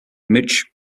mitch